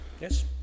Yes